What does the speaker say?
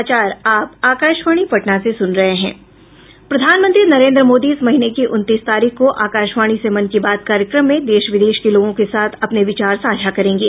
प्रधानमंत्री नरेन्द्र मोदी इस महीने की उनतीस तारीख को आकाशवाणी से मन की बात कार्यक्रम में देश विदेश के लोगों के साथ अपने विचार साझा करेंगे